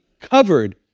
covered